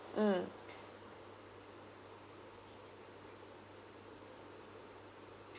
mm